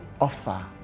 offer